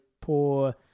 poor